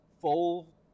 full